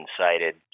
cited